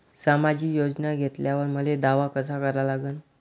सामाजिक योजना घेतल्यावर मले दावा कसा करा लागन?